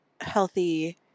healthy